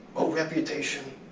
oh reputation,